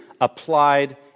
applied